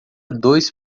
dois